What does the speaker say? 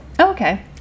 Okay